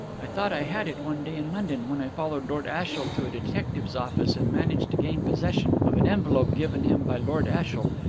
i thought i had it one day in london, when i followed lord ashiel to a detective's office, and managed to gain possession of an envelope given him by lord ashiel,